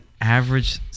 average